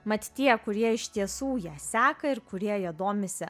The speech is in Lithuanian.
mat tie kurie iš tiesų ją seka ir kurie ja domisi